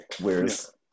Whereas